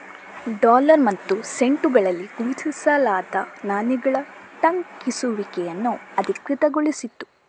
dollar ಮತ್ತು ಸೆಂಟುಗಳಲ್ಲಿ ಗುರುತಿಸಲಾದ ನಾಣ್ಯಗಳ ಟಂಕಿಸುವಿಕೆಯನ್ನು ಅಧಿಕೃತಗೊಳಿಸಿತು